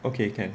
okay can